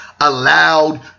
allowed